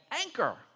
anchor